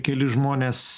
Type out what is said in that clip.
kelis žmones